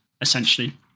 essentially